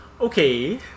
Okay